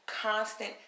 constant